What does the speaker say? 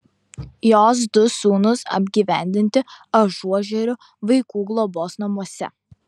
jos du sūnūs apgyvendinti ažuožerių vaikų globos namuose